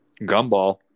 Gumball